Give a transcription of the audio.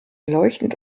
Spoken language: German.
leuchtend